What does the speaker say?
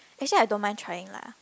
actually I don't mind trying lah